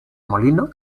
molino